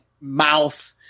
mouth